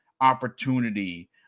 opportunity